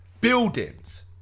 Buildings